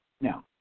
Now